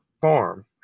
farm